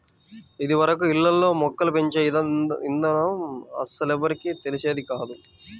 ఇదివరకు ఇళ్ళల్లో మొక్కలు పెంచే ఇదానం అస్సలెవ్వరికీ తెలిసేది కాదు